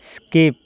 skip